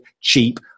cheap